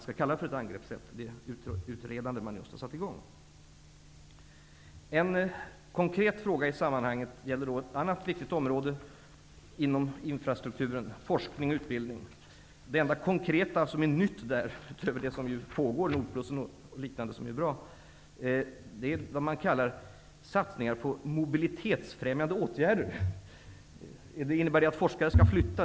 Om man alls skall kalla det utredande man just har satt i gång för ett angreppssätt. En konkret fråga i sammanhanget gäller ett annat viktigt område inom infrastrukturen; forskning och utbildning. Det enda konkreta som är nytt där, utöver det som pågår, är vad man kallar satsningar på mobilitetsfrämjande åtgärder. Innebär det att forskare skall flytta?